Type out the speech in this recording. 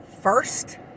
first